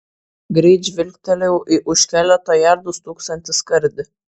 greit žvilgtelėjau į už keleto jardų stūksantį skardį